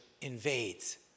invades